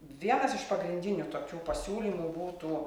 vienas iš pagrindinių tokių pasiūlymų būtų